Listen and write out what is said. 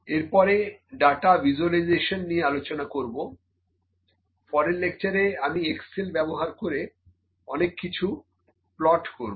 এর পরে data visualization নিয়ে আলোচনা করবো পরের লেকচারে আমি এক্সেল ব্যবহার করে অনেক কিছু প্লট করব